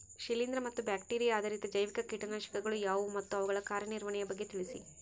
ಶಿಲೇಂದ್ರ ಮತ್ತು ಬ್ಯಾಕ್ಟಿರಿಯಾ ಆಧಾರಿತ ಜೈವಿಕ ಕೇಟನಾಶಕಗಳು ಯಾವುವು ಮತ್ತು ಅವುಗಳ ಕಾರ್ಯನಿರ್ವಹಣೆಯ ಬಗ್ಗೆ ತಿಳಿಸಿ?